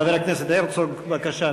חבר הכנסת הרצוג, בבקשה.